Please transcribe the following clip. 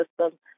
system